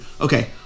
Okay